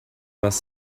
must